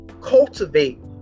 cultivate